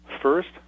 First